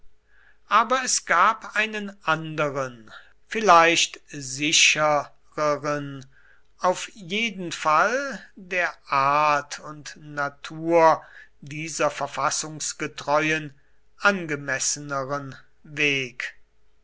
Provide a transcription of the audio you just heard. aber es gab einen anderen vielleicht sichereren auf jeden fall der art und natur dieser verfassungsgetreuen angemesseneren weg